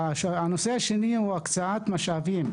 הנושא השני הוא הקצאת משאבים,